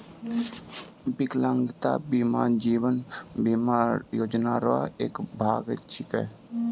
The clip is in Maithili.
बिकलांगता बीमा जीवन बीमा योजना रो एक भाग छिकै